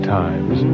times